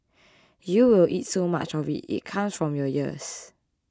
you will eat so much of it it comes out from your ears